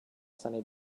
sunny